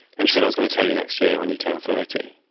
and she said i was going to tell you next year when you turned thirty.